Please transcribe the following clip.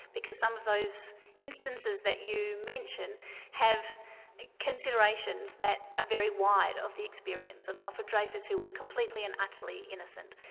because some of those instances that you mention have considerations that are ah very wide, of the experience of alfred dreyfus, who was completely and utterly innocent.